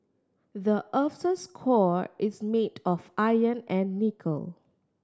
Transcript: the earth's score is made of iron and nickel